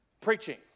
preaching